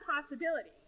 possibility